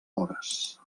hores